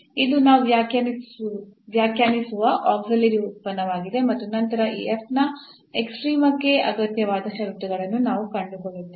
ಇದು ನಾವು ವ್ಯಾಖ್ಯಾನಿಸುವ ಆಕ್ಸಿಲಿಯೇರಿ ಉತ್ಪನ್ನವಾಗಿದೆ ಮತ್ತು ನಂತರ ಈ ನ ಎಕ್ಸ್ಟ್ರೀಮಕ್ಕೆ ಅಗತ್ಯವಾದ ಷರತ್ತುಗಳನ್ನು ನಾವು ಕಂಡುಕೊಳ್ಳುತ್ತೇವೆ